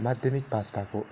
माध्यामिक पास भएको